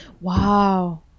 Wow